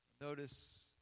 Notice